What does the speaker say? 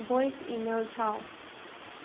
voice email ꯊꯥꯎ